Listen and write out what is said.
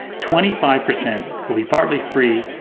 twenty five percent will be partly free,